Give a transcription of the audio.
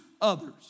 others